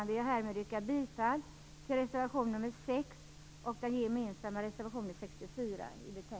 Jag vill härmed yrka bifall till reservation nr 6 och till den gemensamma reservationen nr